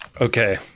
Okay